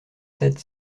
sept